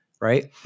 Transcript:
right